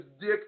dick